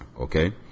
Okay